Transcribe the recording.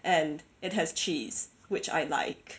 and it has cheese which I like